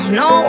no